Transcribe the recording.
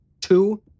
Two